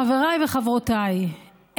חבריי וחברותיי,